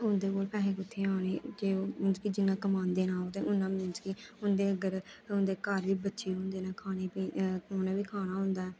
उं'दे कोल पैहे कुत्थुआं आने जे ओह् मींस कि जिन्ना कमांदे न ओह् ते उन्ना मींस कि उं'दे अग्गै उंदे घर बी बच्चे होंदे न खाने गी मतलब कि खाना होंदा ऐ